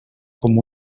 com